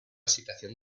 situación